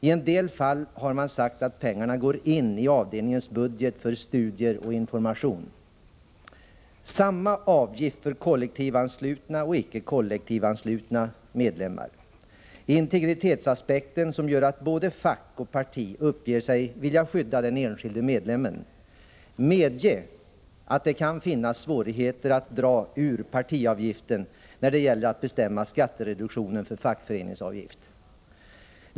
I en del fall har man sagt att pengarna går in i avdelningens budget för studier och information.” Samma avgift för kollektivanslutna och icke kollektivanslutna medlemmar, integritetsaspekten som gör att både fack och parti uppger sig vilja skydda den enskilde medlemmen: medge att det kan finnas svårigheter att dra ur partiavgiften när det gäller att bestämma skattereduktionen för fackföreningsavgift.